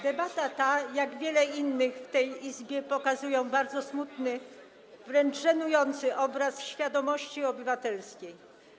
Debata ta, jak wiele innych w tej Izbie, pokazuje bardzo smutny, wręcz żenujący obraz świadomości obywatelskiej.